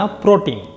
protein